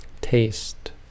taste